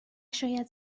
شاید